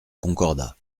concordat